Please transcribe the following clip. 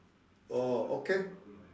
oh okay